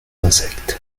insectes